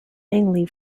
mainly